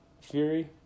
Fury